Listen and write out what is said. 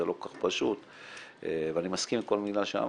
זה לא כל כך פשוט ואני מסכים עם כל מילה שאמרת,